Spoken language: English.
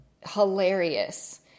hilarious